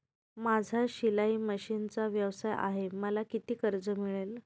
माझा शिलाई मशिनचा व्यवसाय आहे मला किती कर्ज मिळेल?